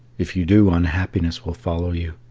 if you do, unhappiness will follow you.